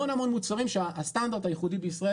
המון מוצרים שהסטנדרט הייחודי בישראל